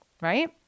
right